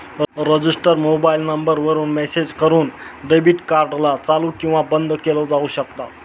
register mobile number वरून message करून debit card ला चालू किंवा बंद केलं जाऊ शकता